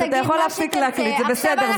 אתה יכול להפסיק להקליט, זה בסדר.